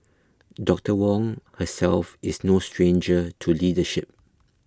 Doctor Wong herself is no stranger to leadership